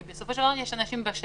כי בסופו של דבר יש אנשים בשטח.